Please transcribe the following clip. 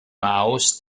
mouse